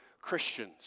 Christians